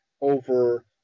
over